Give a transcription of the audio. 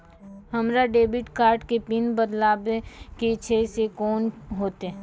हमरा debit card के pin बदलबावै के छैं से कौन होतै?